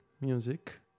music